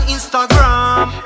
Instagram